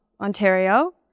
Ontario